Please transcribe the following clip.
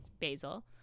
Basil